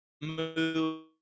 move